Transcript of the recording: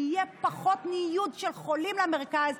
יהיה פחות ניוד של חולים למרכז,